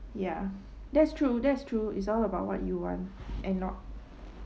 ya that's true that's true it's all about what you want and not